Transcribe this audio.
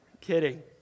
Kidding